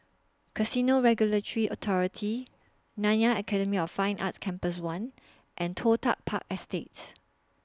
Casino Regulatory Authority Nanyang Academy of Fine Arts Campus one and Toh Tuck Park Estate